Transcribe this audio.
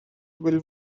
will